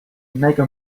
mega